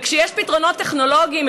וכשיש פתרונות טכנולוגיים,